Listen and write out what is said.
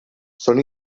són